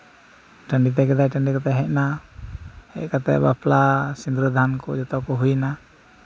ᱴᱟᱺᱰᱤ ᱦᱚᱴᱚ ᱠᱟᱛᱮᱫ ᱦᱮᱡ ᱮᱱᱟᱭ ᱦᱮᱡ ᱠᱟᱛᱮᱫ ᱵᱟᱯᱞᱟ ᱥᱤᱸᱫᱽᱨᱟᱹᱫᱟᱱ ᱠᱚ ᱡᱚᱛᱚ ᱦᱩᱭ ᱮᱱᱟ